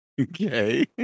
Okay